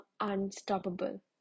unstoppable